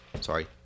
sorry